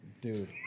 Dude